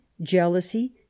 jealousy